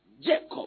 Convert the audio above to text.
Jacob